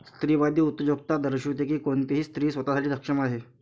स्त्रीवादी उद्योजकता दर्शविते की कोणतीही स्त्री स्वतः साठी सक्षम आहे